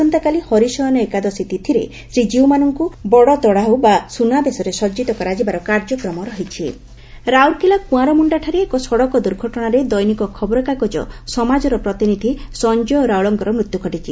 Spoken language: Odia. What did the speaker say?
ଆସନ୍ତାକାଲି ହରିଶୟନ ଏକାଦଶୀ ତିଥିରେ ଶ୍ରୀକୀଉମାନଙ୍କୁ ବଡତତାଉ ବା ସୁନାବେଶରେ ସଜିତ କରାଯିବାର କାର୍ଯ୍ୟକ୍ରମ ଦୁଘଟଣା ରାଉରକେଲା କୁଆଁରମୁଖାଠାରେ ଏକ ସଡ଼କ ଦୁର୍ଘଟଣାରେ ଦୈନିକ ଖବରକାଗଜ 'ସମାଜ'ର ପ୍ରତିନିଧି ସଞ୍ଞୟ ରାଉଳଙ୍କ ମୃତ୍ଧୁ ଘଟିଛି